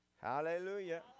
Hallelujah